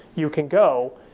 you can go.